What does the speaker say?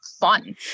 fun